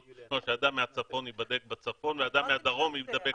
כך שאדם מהצפון ייבדק בצפון ואדם מהדרום ייבדק בדרום.